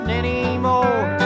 anymore